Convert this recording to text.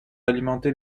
alimenter